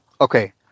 Okay